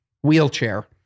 wheelchair